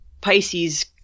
Pisces